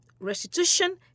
restitution